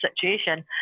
situation